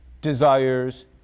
desires